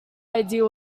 idea